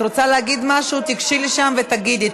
את רוצה להגיד משהו, תיגשי לשם ותגידי.